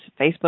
Facebook